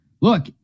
look